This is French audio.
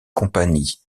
compagnie